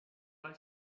like